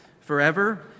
forever